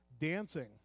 dancing